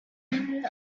win